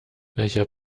welcher